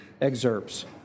excerpts